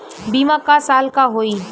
बीमा क साल क होई?